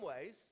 ways